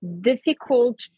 difficult